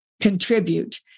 contribute